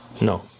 No